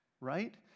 right